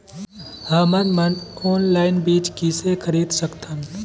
हमन मन ऑनलाइन बीज किसे खरीद सकथन?